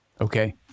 Okay